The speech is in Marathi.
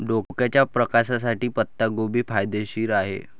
डोळ्याच्या प्रकाशासाठी पत्ताकोबी फायदेशीर आहे